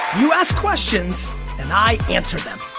you ask questions and i answer them.